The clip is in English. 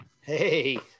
Hey